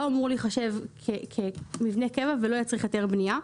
אמור להיחשב כמבנה קבע ולא יצריך היתר בנייה.